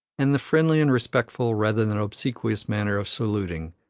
and the friendly and respectful, rather than obsequious, manner of saluting,